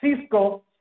Cisco